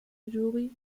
juri